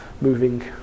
moving